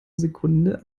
sekunde